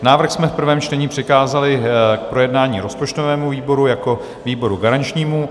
Návrh jsme v prvém čtení přikázali k projednání rozpočtovému výboru jako výboru garančnímu.